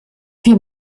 wir